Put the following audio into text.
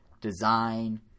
design